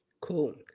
Cool